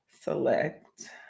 select